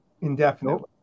indefinitely